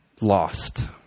lost